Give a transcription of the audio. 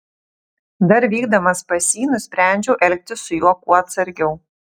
dar vykdamas pas jį nusprendžiau elgtis su juo kuo atsargiau